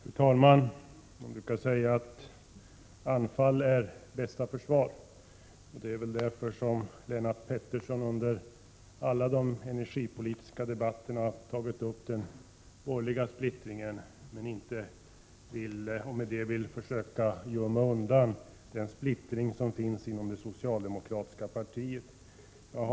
Fru talman! Man brukar säga att anfall är bästa försvar. Det är väl därför som Lennart Pettersson under alla energipolitiska debatter talar om den borgerliga splittringen och på detta sätt vill försöka dölja den splittring som finns inom det socialdemokratiska partiet. Fru talman!